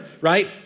right